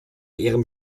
ihrem